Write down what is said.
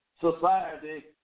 society